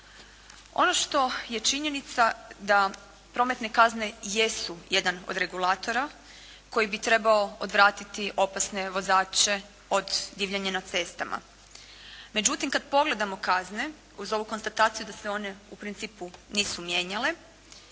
Ono što je činjenica da prometne kazne jesu jedan od regulatora koji bi trebao odvratiti opasne vozače od divljana na cestama. Međutim kad pogledamo kazne uz ovu konstataciju da se one u principu nisu mijenjale